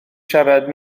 siarad